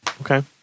Okay